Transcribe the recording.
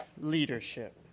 Leadership